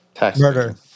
Murder